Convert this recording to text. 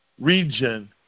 region